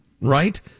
right